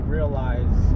Realize